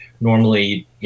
normally